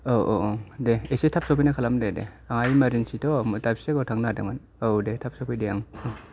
औ औ औ दे एसे थाब सफैनाय खालाम दे दे आंहा एमारजिन्सि थ' दाबसे जायगायाव थांनो नागिरदोंमोन औ दे थाब सफैदे ओं